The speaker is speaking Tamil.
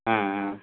ஆ ஆ